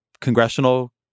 Congressional